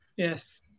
Yes